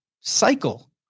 cycle